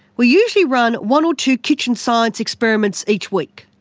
we usually run one or two kitchen science experiments each week.